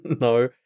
No